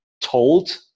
told